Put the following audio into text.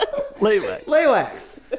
Laywax